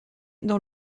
dans